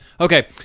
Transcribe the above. Okay